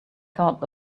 thought